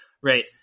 Right